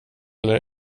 eller